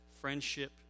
friendship